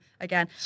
again